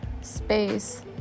space